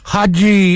Haji